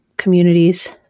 communities